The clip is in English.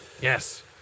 Yes